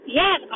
yes